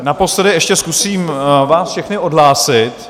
Naposledy ještě zkusím vás všechny odhlásit.